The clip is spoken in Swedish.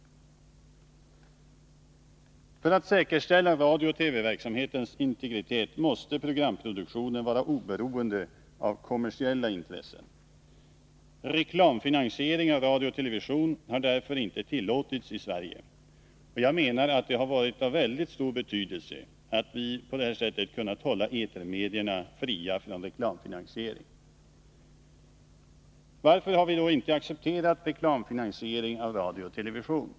För att säkerställa radiooch TV-verksamhetens integritet måste programproduktionen vara oberoende av kommersiella intressen. Reklamfinansiering av radio och TV har därför inte tillåtits i Sverige. Jag menar att det har varit av mycket stor betydelse att vi på detta sätt kunnat hålla etermedierna fria från reklamfinansiering. Varför har vi inte accepterat reklamfinansiering av radio och TV?